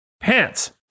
Pants